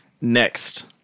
Next